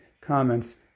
comments